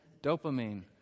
dopamine